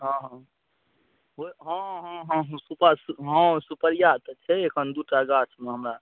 हँ हँ हँ हँ सुपरिआ तऽ छै एखन दूटा गाछमे हमरा